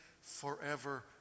forever